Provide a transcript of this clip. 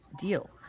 deal